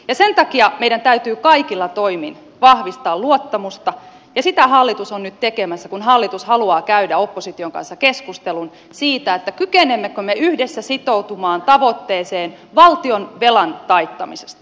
sen takia meidän täytyy kaikilla toimin vahvistaa luottamusta ja sitä hallitus on nyt tekemässä kun hallitus haluaa käydä opposition kanssa keskustelun siitä kykenemmekö me yhdessä sitoutumaan tavoitteeseen valtion velan taittamisesta